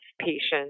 patients